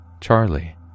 Charlie